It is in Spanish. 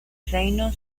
reino